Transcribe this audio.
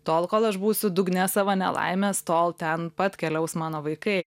tol kol aš būsiu dugne savo nelaimės tol ten pat keliaus mano vaikai